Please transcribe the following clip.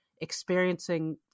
experiencing